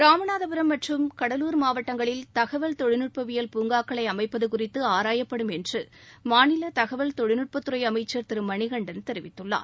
ராமநாதபுரம் மற்றம் கடலூர் மாவட்டங்களில் தகவல் தொழில்நுட்பவியல் பூங்காக்களை அமைப்பது குறித்து ஆராயப்படும் என்று மாநில தகவல் தொழில்நுட்பத் துறை அமைச்சர் திரு மணிகண்டன் தெரிவித்குள்ளார்